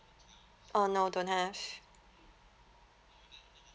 orh no don't have